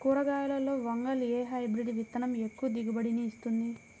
కూరగాయలలో వంగలో ఏ హైబ్రిడ్ విత్తనం ఎక్కువ దిగుబడిని ఇస్తుంది?